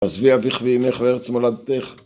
עזבי אביך ואימך וארץ מולדתך